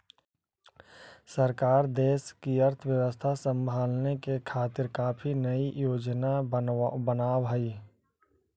सरकार देश की अर्थव्यवस्था संभालने के खातिर काफी नयी योजनाएं बनाव हई